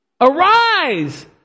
Arise